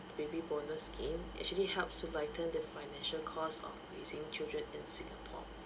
the baby bonus scheme actually helps to lighten the financial cost of raising children in singapore